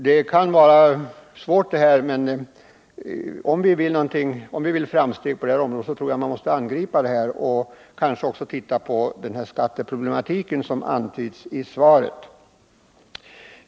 Det kan vara svårt att åstadkomma en rimlig användning, men om vi vill nå framsteg på detta område tror jag att vi måste angripa problemet. Vi måste också titta på den skatteproblematik som antyds i svaret.